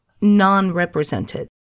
non-represented